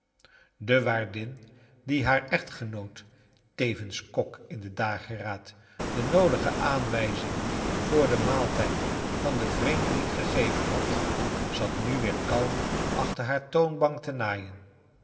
de waardin die haar echtgenoot tevens kok in de dageraad de noodige aanwijzingen voor den maaltij d van den vreemdeling gegeven had zat nu weer kalm achter haar toonbank te naaien